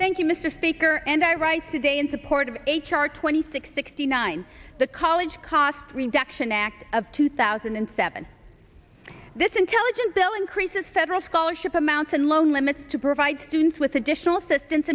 thank you mr speaker and i write today in support of h r twenty six sixty nine the college cost reduction act of two thousand and seven this intelligence bill increases federal scholarship amounts and loan limits to provide students with additional assistance